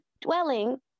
dwelling